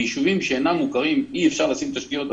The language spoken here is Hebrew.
ביישובים שאינם מוכרים אי-אפשר לשים תשתיות,